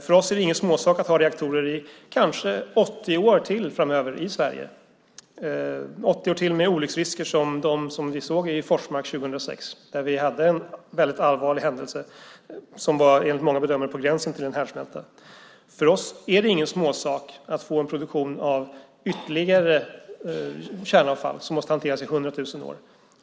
För oss är det ingen småsak att ha reaktorer i kanske 80 år till framöver i Sverige till med olycksrisker som de som vi såg i Forsmark 2006, där vi hade en väldigt allvarlig händelse som enligt många bedömare var på gränsen till en härdsmälta. För oss är det ingen småsak att få en produktion av ytterligare kärnavfall som måste hanteras i 100 000 år.